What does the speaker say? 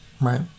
right